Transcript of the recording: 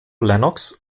lennox